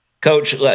Coach